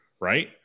right